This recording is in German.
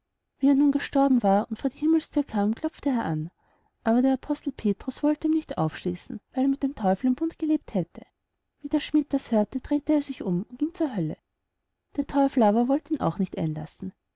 er nun gestorben war und vor die himmelsthür kam klopfte er an aber der apostel petrus wollt ihm nicht aufschließen weil er mit dem teufel im bund gelebt hätte wie der schmidt das hörte dreht er sich um und ging zur hölle der teufel aber wollt ihn auch nicht einlassen